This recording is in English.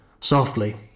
softly